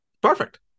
Perfect